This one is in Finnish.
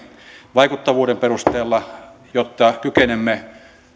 vaikuttavuuden perusteella jotta kykenemme